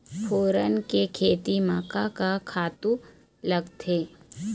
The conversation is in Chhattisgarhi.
फोरन के खेती म का का खातू लागथे?